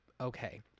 okay